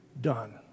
done